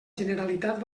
generalitat